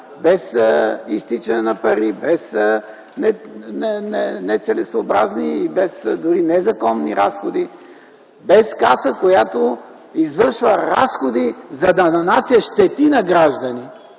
без изтичане на пари, без нецелесъобразни и без дори незаконни разходи, без каса, която извършва разходи, за да нанася щети на здравето